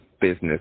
business